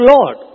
Lord